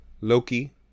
Loki